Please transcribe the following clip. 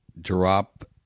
drop